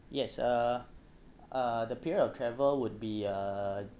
yes uh uh the period of travel would be uh